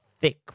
thick